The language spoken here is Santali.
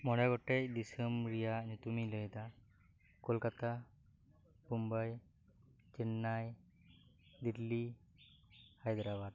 ᱢᱚᱬᱮ ᱜᱚᱴᱮᱱ ᱫᱤᱥᱚᱢ ᱨᱮᱭᱟᱜ ᱧᱩᱛᱩᱢᱤᱧ ᱞᱟᱹᱭ ᱮᱫᱟ ᱠᱳᱞᱠᱟᱛᱟ ᱵᱳᱢᱵᱟᱭ ᱪᱮᱱᱱᱟᱭ ᱫᱤᱞᱞᱤ ᱦᱟᱭᱫᱽᱨᱟᱵᱟᱫᱽ